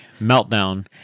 Meltdown